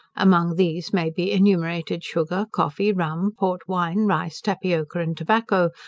among these may be enumerated sugar, coffee, rum, port wine, rice, tapioca, and tobacco,